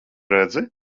redzi